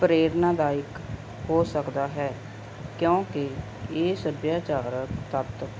ਪ੍ਰੇਰਨਾਦਾਇਕ ਹੋ ਸਕਦਾ ਹੈ ਕਿਉਂਕਿ ਇਹ ਸੱਭਿਆਚਾਰਕ ਤੱਤ